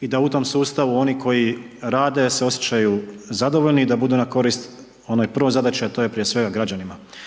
i da u tom sustavu oni koji rade se osjećaju zadovoljni i da budu na korist onoj prvoj zadaći a to je prije svega građanima.